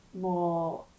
more